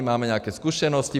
Máme nějaké zkušenosti.